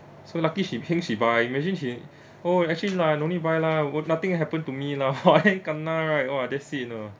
so lucky she heng she buy imagine she oh actually lah no need buy lah wo~ nothing happen to me lah why kena right that's it you know